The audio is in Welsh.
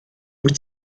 wyt